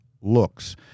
looks